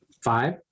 five